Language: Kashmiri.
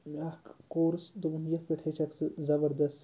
مےٚ اکھ کورٕس دوٚپُن یِتھ پٮ۪ٹھ ہیٚچھَکھ ژٕ زَبردَس